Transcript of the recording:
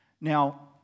Now